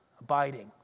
abiding